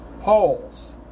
poles